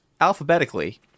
alphabetically